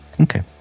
Okay